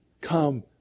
come